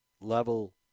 level